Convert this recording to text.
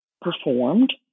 Performed